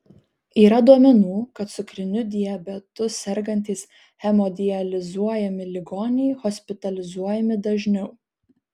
yra duomenų kad cukriniu diabetu sergantys hemodializuojami ligoniai hospitalizuojami dažniau